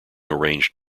arranged